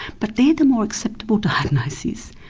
but they're the more acceptable diagnoses,